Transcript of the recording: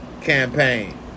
campaign